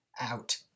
out